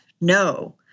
No